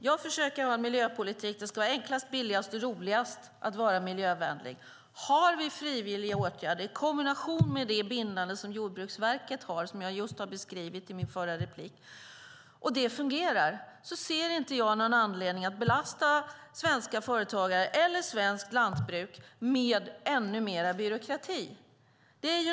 Jag försöker ha en miljöpolitik där det ska vara enklast, billigast och roligast att vara miljövänlig. Har vi frivilliga åtgärder i kombination med det bindande som Jordbruksverket har, och som jag just har beskrivit i mitt förra inlägg, och det fungerar ser inte jag någon anledning att belasta svenska företagare eller svenskt lantbruk med ännu mer byråkrati.